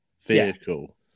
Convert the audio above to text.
vehicle